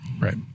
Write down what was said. Right